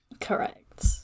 Correct